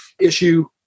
issue